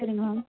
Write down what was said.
செரிங்க மேம்